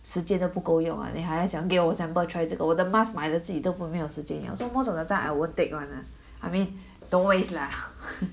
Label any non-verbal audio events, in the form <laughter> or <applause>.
时间都不够用啊 then 还要讲给我 sample try 这个我的 mask 买了自己都不没有时间用 so most of the time I won't take [one] lah I mean <breath> don't waste lah <breath>